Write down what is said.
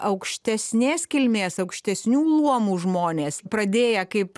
aukštesnės kilmės aukštesnių luomų žmonės pradėję kaip